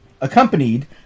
accompanied